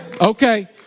Okay